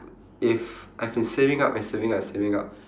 if I've been saving up and saving up and saving up